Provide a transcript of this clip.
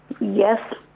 Yes